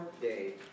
day